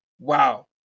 Wow